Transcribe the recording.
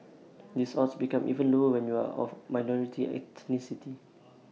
these odds become even lower when you are of A minority ethnicity